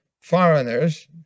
foreigners